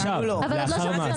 עוד לא שמעו את התלמידים בדיון.